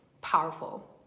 Powerful